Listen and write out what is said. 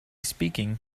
speaking